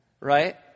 Right